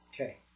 Okay